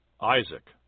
Isaac